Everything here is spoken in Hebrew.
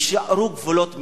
יישארו גבולות מלחמה,